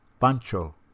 Pancho